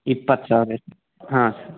ಇಪ್ಪತ್ತು ಸಾವಿರ ಹಾಂ